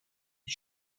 his